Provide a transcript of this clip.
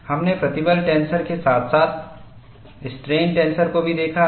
हमने प्रतिबल टेंसर के साथ साथ स्ट्रेन टेंसर को भी देखा है